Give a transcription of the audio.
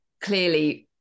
clearly